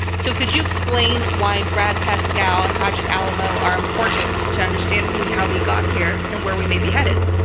so could you explain why brad parscale and project alamo are important to understand how we got here and where we may be headed?